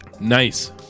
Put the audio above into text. Nice